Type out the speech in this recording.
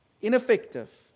ineffective